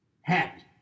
happy